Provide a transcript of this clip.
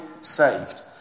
saved